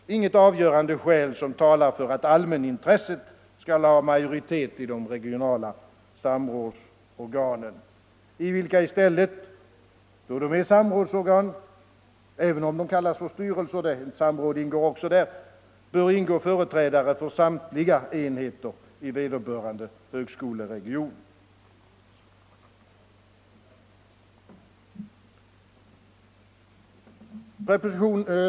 Inga avgörande skäl talar för att allmänintressena skall ha majoritet i de regionala samrådsorganen. I dem bör i stället, eftersom de är samrådsorgan även om de kallas för styrelser, ingå företrädare för samtliga enheter i vederbörande högskoleregion.